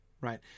right